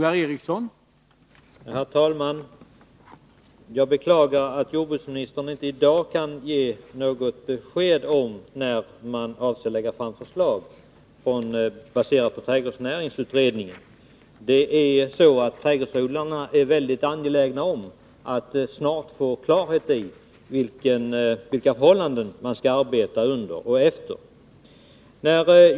Herr talman! Jag beklagar att jordbruksministern inte i dag kan ge något besked om när man avser att lägga fram förslag, baserat på trädgårdsnäringsutredningens betänkande. Trädgårdsodlarna är mycket angelägna att snart få klarhet i vilka förhållanden de skall arbeta under och vad de skall rätta sig efter.